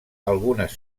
algunes